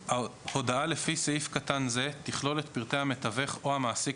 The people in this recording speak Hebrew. (2)הודעה לפי סעיף קטן זה תכלול את פרטי המתווך או המעסיק,